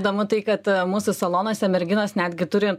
įdomu tai kad mūsų salonuose merginos netgi turi